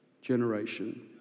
generation